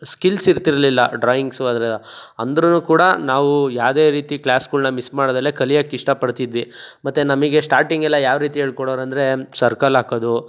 skills ಇರ್ತಿರಲಿಲ್ಲ ಡ್ರಾಯಿಂಗ್ಸೂ ಅದ್ರ ಅಂದ್ರು ಕೂಡ ನಾವು ಯಾವುದೇ ರೀತಿ ಕ್ಲಾಸ್ಗಳ್ನ ಮಿಸ್ ಮಾಡ್ದಲೆ ಕಲಿಯಕ್ಕೆ ಇಷ್ಟಪಡ್ತಿದ್ವಿ ಮತ್ತು ನಮಗೆ ಸ್ಟಾರ್ಟಿಂಗ್ ಎಲ್ಲ ಯಾವರೀತಿ ಹೇಳ್ಕೊಡೋರಂದ್ರೆ ಸರ್ಕಲ್ ಹಾಕೋದು